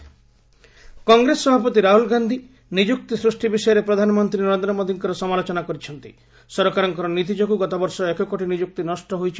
Congress BJP jobs Congress ସଭାପତି ରାହୁଳ ଗାନ୍ଧୀ ନିଯୁକ୍ତି ସୃଷ୍ଟି ବିଷୟରେ ପ୍ରଧାନମନ୍ତ୍ରୀ ନରେନ୍ଦ୍ର ମୋଦିଙ୍କର ସମାଲୋଚନା କରି କହିଛନ୍ତି ସରକାରଙ୍କ ନୀତି ଯୋଗୁଁ ଗତବର୍ଷ ଏକ କୋଟି ନିଯୁକ୍ତି ନଷ୍ଟ ହୋଇଛି